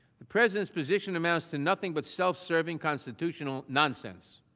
the president position amounts to nothing but self-serving constitutional nonsense.